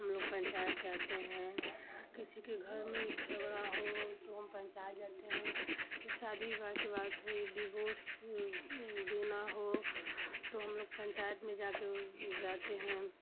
हम लोग पंचायत जाते हैं किसी के घर में झगड़ा हो तो हम पंचायत जाते हैं शादी विवाह की बात हुई डिभोर्स देना हो तो हम लोग पंचायत में जाके जाते हैं